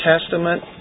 Testament